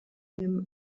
him